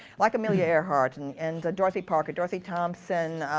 like amelia earhart, and and dorothy park, or dorothy thompson,